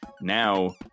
now